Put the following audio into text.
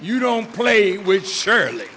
you don't play with shirley